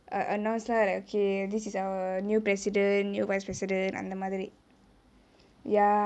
err announced lah okay this is our new president your vice president அந்த மாதிரி:antha maathiri ya